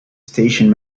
station